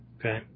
Okay